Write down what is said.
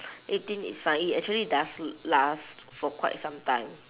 eighteen is fine it actually does l~ last for quite some time